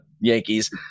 Yankees